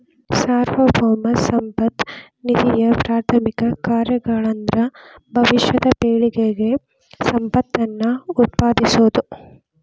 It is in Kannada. ಸಾರ್ವಭೌಮ ಸಂಪತ್ತ ನಿಧಿಯಪ್ರಾಥಮಿಕ ಕಾರ್ಯಗಳಂದ್ರ ಭವಿಷ್ಯದ ಪೇಳಿಗೆಗೆ ಸಂಪತ್ತನ್ನ ಉತ್ಪಾದಿಸೋದ